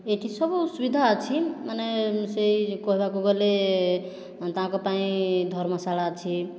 ଏଠି ସବୁ ସୁବିଧା ଅଛି ମାନେ ସେହି କହିବାକୁ ଗଲେ ତାଙ୍କ ପାଇଁ ଧର୍ମଶାଳା ଅଛି